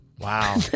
Wow